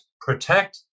protect